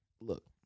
Look